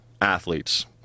athletes